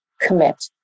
commit